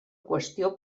qüestió